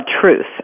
truth